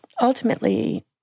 ultimately